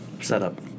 setup